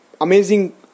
amazing